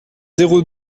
zéro